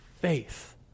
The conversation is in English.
faith